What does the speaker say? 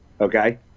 okay